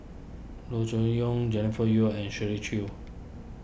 Loo Choon Yong Jennifer Yeo and Shirley Chew